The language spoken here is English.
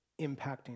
impacting